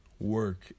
work